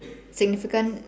significant